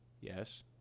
Yes